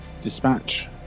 dispatch